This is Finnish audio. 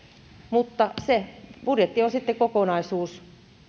mutta se budjetti on sitten kokonaisuus